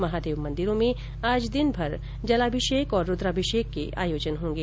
महादेव मंदिरों में आज दिनभर जलाभिषेक और रूद्राभिषेक के आयोजन होंगे